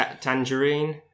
Tangerine